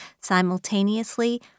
Simultaneously